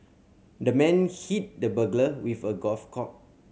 the man hit the burglar with a golf club